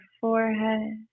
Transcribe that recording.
forehead